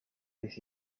his